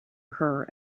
her